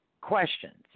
questions